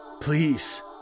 please